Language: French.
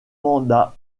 mandat